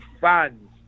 fans